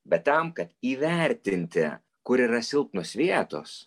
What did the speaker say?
bet tam kad įvertinti kur yra silpnos vietos